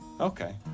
okay